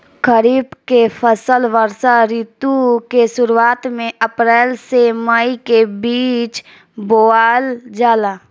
खरीफ के फसल वर्षा ऋतु के शुरुआत में अप्रैल से मई के बीच बोअल जाला